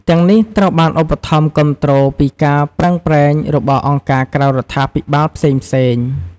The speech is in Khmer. ទាំងនេះត្រូវបានឧបត្ថម្ភគាំទ្រពីការប្រឹងប្រែងរបស់អង្គការក្រៅរដ្ឋាភិបាលផ្សេងៗ។